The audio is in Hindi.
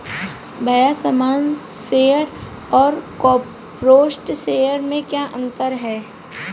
भैया सामान्य शेयर और कॉरपोरेट्स शेयर में क्या अंतर है?